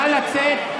נא לצאת.